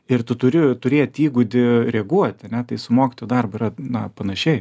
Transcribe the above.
ir tu turi turėt įgūdį reaguot ane tai su mokytojų darbu yra na panašiai